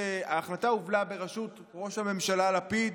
ההחלטה הובלה על ידי ראש הממשלה לפיד,